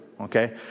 Okay